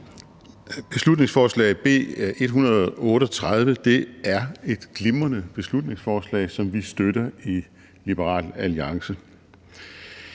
Beslutningsforslaget B 138 er et glimrende beslutningsforslag, som vi støtter i Liberal Alliance.